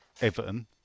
Everton